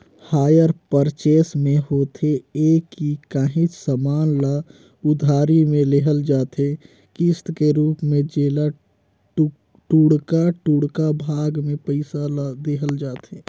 hire purchase में होथे ए कि काहींच समान ल उधारी में लेहल जाथे किस्त कर रूप में जेला टुड़का टुड़का भाग में पइसा ल देहल जाथे